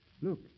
Look